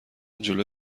جلو